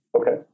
Okay